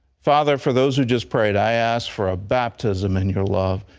father, for those who just prayed, i ask for a baptism in your love.